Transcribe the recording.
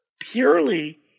purely